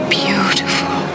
beautiful